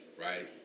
right